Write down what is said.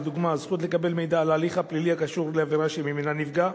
לדוגמה: זכות לקבל מידע על ההליך הפלילי הקשור לעבירה שממנה נפגע,